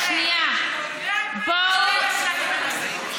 אבל מ-2012,